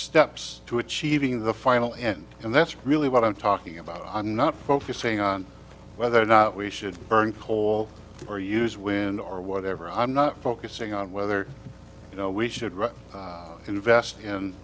steps to achieving the final end and that's really what i'm talking about i'm not focusing on whether or not we should burn coal or use wind or whatever i'm not focusing on whether you know we should rather invest in